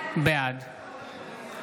בעד